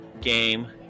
game